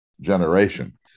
generation